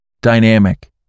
dynamic